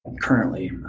currently